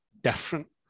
different